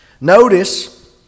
notice